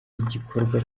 igikorwa